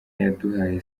yaduhaye